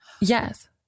Yes